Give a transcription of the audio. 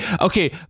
okay